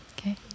Okay